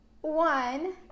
one